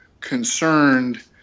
concerned